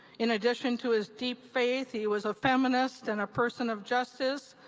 in addition to his deep faith, he was a feminist and a person of justice.